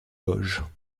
vosges